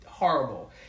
horrible